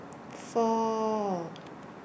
four